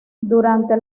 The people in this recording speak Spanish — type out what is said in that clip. durante